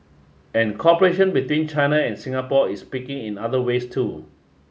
and cooperation between China and Singapore is picking in other ways too